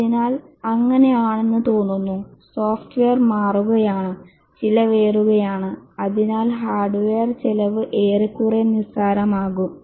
അതിനാൽ അങ്ങനെയാണെന്ന് തോന്നുന്നു സോഫ്റ്റ്വെയർ മാറുകയാണ് ചിലവേറുകയാണ് അതിനാൽ ഹാർഡ്വെയർ ചിലവ് ഏറെക്കുറെ നിസ്സാരമാകും